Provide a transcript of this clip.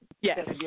Yes